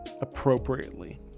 appropriately